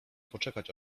poczekać